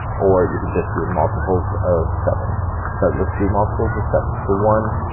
or you can just do multiples of seven so let's do multiples of seven. so one,